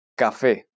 Café